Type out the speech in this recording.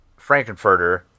Frankenfurter